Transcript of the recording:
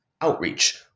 outreach